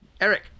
Eric